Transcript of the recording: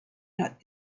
not